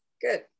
Good